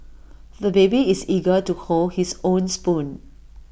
the baby is eager to hold his own spoon